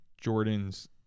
Jordan's